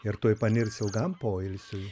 ir tuoj panirs ilgam poilsiui